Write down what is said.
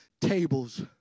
tables